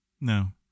No